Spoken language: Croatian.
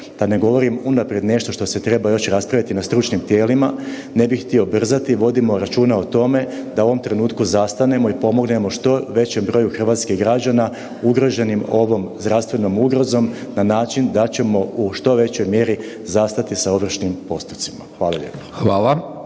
da ne govorim unaprijed nešto što se treba još raspraviti na stručnim tijelima, ne bih htio brzati vodimo računa o tome da u ovom trenutku zastanemo i pomognemo što većem broju hrvatskih građana ugroženih ovom zdravstvenom ugrozom na način da ćemo u što većoj mjeri zastati sa ovršnim postupcima. Hvala